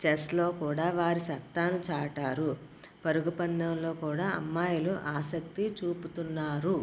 చెస్లో కూడా వారి సత్తాను చాటారు పరుగుపందెంలో కూడా అమ్మాయిలు ఆసక్తి చూపుతున్నారు